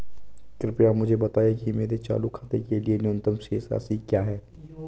कृपया मुझे बताएं कि मेरे चालू खाते के लिए न्यूनतम शेष राशि क्या है?